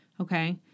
okay